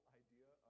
idea